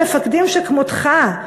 מפקדים שכמותך,